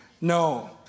No